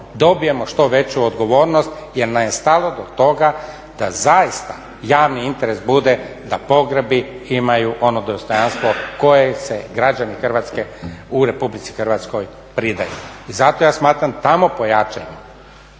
dobijemo što veću odgovornost jer nam je stalo do toga da zaista javni interes bude da pogrebi imaju ono dostojanstvo koje se građani Hrvatske u Republici Hrvatskoj pridaju. I zato ja smatram tamo …,